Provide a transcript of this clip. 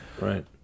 right